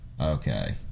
Okay